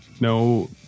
no